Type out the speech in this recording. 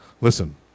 listen